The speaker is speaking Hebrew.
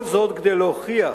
כל זאת כדי להוכיח